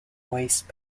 waste